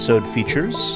features